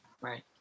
Right